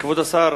כבוד השר,